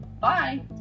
Bye